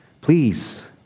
Please